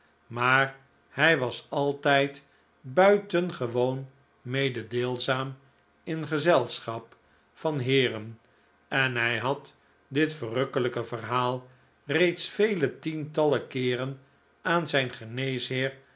maar hij was altijd buitengewoon mededeelzaam in gezelschap van heeren en hij had dit verrukkelijke verhaal reeds vele tientallen keeren aan zijn